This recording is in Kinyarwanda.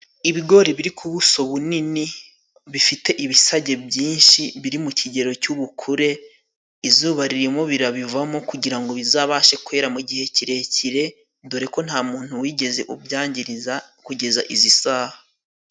Ibigori biri ku buso bunini, bifite ibisage byinshi biri mu kigero cy'ubukure. Izuba ririmo birabivamo kugira ngo bizabashe kwera mu gihe kirekire. Dore ko nta muntu wigeze ubyangiriza kugeza izi saha.